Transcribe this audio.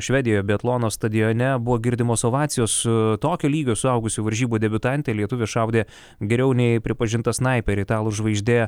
švedijoj biatlono stadione buvo girdimos ovacijos su tokio lygio suaugusių varžybų debiutantė lietuvė šaudė geriau nei pripažintą snaiperį italų žvaigždė